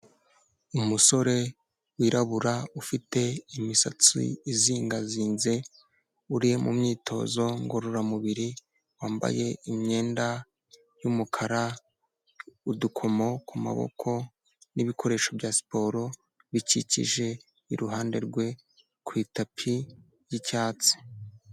Umusore wirabura ufite imisatsi izingazinze, uri mu myitozo ngororamubiri, wambaye imyenda y'umukara, udukomo ku maboko, n'ibikoresho bya siporo bikikije iruhande rwe ku itapi y'icyatsi.